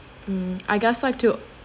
mm I guess I too